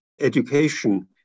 Education